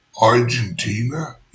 Argentina